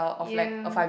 yeah